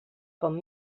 com